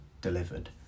delivered